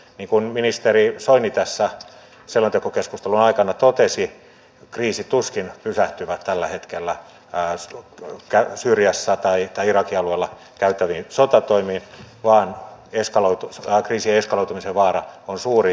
niin kuin ministeri soini tässä selontekokeskustelun aikana totesi kriisit tuskin pysähtyvät tällä hetkellä syyriassa tai irakin alueella käytäviin sotatoimiin vaan kriisien eskaloitumisen vaara on suuri